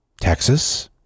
Texas